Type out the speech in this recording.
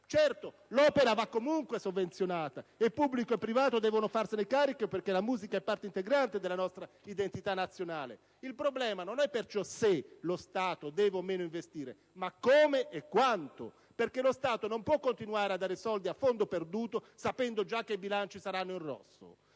Certo, l'opera va comunque sovvenzionata. E pubblico e privato devono farsene carico perché la musica è parte integrante della nostra identità nazionale. Pertanto, il problema non è perciò se lo Stato deve o no investire, ma come e quanto. Non si può continuare a dare soldi a fondo perduto, sapendo già che i bilanci saranno in rosso.